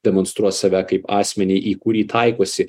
demonstruos save kaip asmenį į kurį taikosi